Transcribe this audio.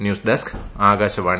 news desk Akashvani